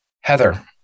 Heather